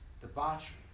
debauchery